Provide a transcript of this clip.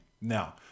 Now